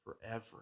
forever